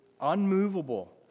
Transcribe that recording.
unmovable